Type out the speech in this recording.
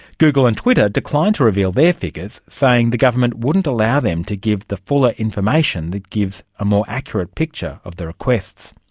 google and twitter declined to reveal their figures, saying the government wouldn't allow them to give the fuller information that gives a more accurate picture of the requests.